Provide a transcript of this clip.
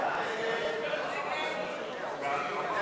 ההסתייגויות לא התקבלו.